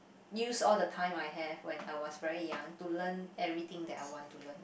use all the time I have when I was very young to learn everything that I want to learn